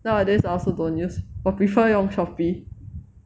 nowadays I also don't use 我 prefer 用 Shopee